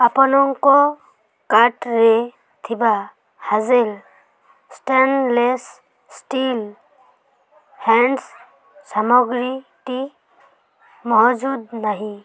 ଆପଣଙ୍କ କାର୍ଟ୍ରେ ଥିବା ହାଜେଲ ଷ୍ଟେନ୍ଲେସ୍ ଷ୍ଟିଲ୍ ହେଣ୍ଡ୍ସ ସାମଗ୍ରୀଟି ମହଜୁଦ ନାହିଁ